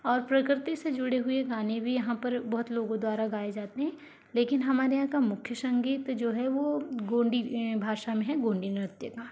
और प्रकृति से जुड़े हुए गाने भी हम पर बहुत लोगों द्वारा गाए जाते हैं लेकिन हमारे यहाँ का मुख्य संगीत जो है वो गोंडी भाषा में है गोंडी नृत्य का